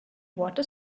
water